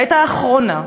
בעת האחרונה,